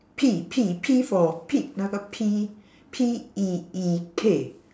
P P P for pig 那个 P P E E K